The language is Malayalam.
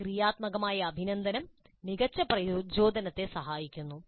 ക്രിയാത്മകമായ അഭിനന്ദനം മികച്ച പ്രചോദനത്തെ സഹായിക്കുന്നു